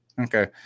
Okay